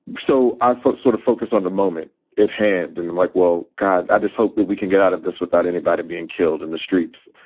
so i sort of focus on the moment at hand and then like, well, god, i just hope that we can get out of this without anybody being killed in the streets,